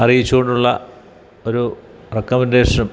അറിയിച്ചുകൊണ്ടുള്ള ഒരു റെക്കമെൻറ്റേഷനും